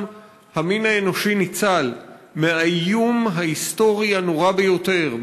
המין האנושי ניצל מהאיום ההיסטורי הנורא ביותר,